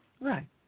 right